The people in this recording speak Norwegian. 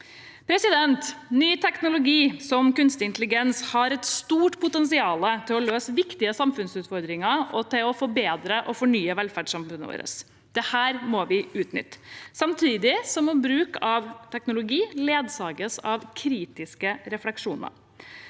Datatilsynet. Ny teknologi – som kunstig intelligens – har et stort potensial til å løse viktige samfunnsutfordringer og til å forbedre og fornye velferdssamfunnet vårt. Dette må vi utnytte. Samtidig må bruk av teknologi ledsages av kritiske refleksjoner.